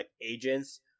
agents